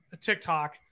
TikTok